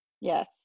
Yes